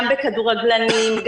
גם בכדורגלנים.